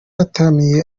yataramiye